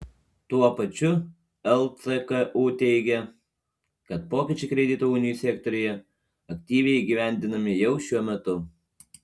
tuo pačiu lcku teigia kad pokyčiai kredito unijų sektoriuje aktyviai įgyvendinami jau šiuo metu